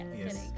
yes